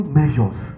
measures